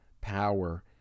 power